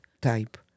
type